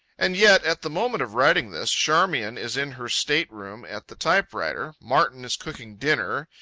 and yet, at the moment of writing this, charmian is in her state-room at the typewriter, martin is cooking dinner,